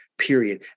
Period